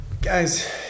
Guys